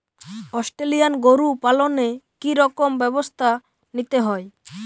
Australian গরু পালনে কি রকম ব্যবস্থা নিতে হয়?